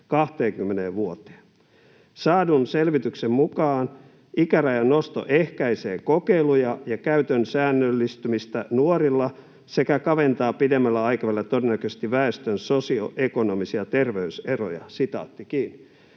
20 vuoteen. Saadun selvityksen mukaan ikärajan nosto ehkäisee kokeiluja ja käytön säännöllistymistä nuorilla sekä kaventaa pidemmällä aikavälillä todennäköisesti väestön sosioekonomisia terveyseroja.” Eli oli